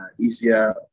easier